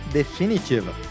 definitiva